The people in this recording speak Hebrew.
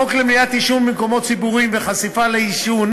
חוק למניעת העישון במקומות ציבוריים והחשיפה לעישון